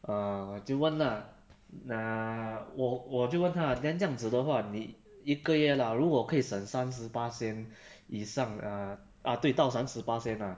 err 就问啦 um 我我就问 ah then 这样子的话你一个月 lah 如果可以省三十巴仙以上 err ah 对到三十巴仙 ah